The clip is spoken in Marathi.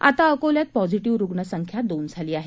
आता अकोल्यात पॉझिटिव्ह रुग्ण संख्या दोन झाली आहे